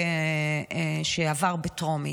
אחד שעבר בטרומית,